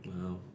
Wow